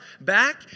back